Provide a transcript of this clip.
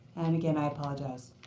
and again, i apologize.